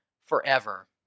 forever